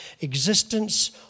existence